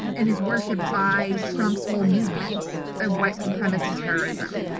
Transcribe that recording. and is worshiped by trump's whole movement of white supremacy terrorism.